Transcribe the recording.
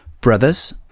brothers